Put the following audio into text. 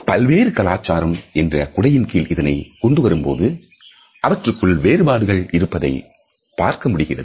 பல்வேறு கலாச்சாரம் என்ற குடையின் கீழ் இதனை கொண்டுவரும் போது அவற்றுக்குள் வேறுபாடுகள் இருப்பதை பார்க்க முடிகிறது